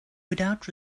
without